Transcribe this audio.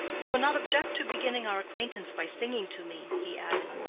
you will not object to beginning our acquaintance by singing to me, he added,